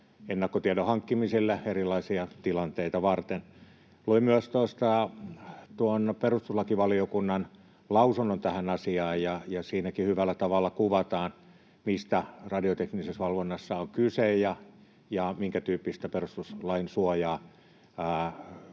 ennakkotiedon hankkimiselle erilaisia tilanteita varten. Voi myös nostaa esiin tuon perustuslakivaliokunnan lausunnon tähän asiaan. Siinäkin hyvällä tavalla kuvataan, mistä radioteknisessä valvonnassa on kyse ja minkä tyyppisiä perustuslainsuojaan